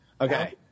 Okay